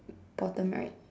bottom right